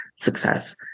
success